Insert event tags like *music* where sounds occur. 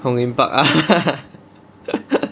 hong lim park ah *laughs*